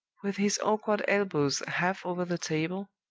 with his awkward elbows half over the table,